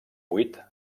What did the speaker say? buit